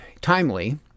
timely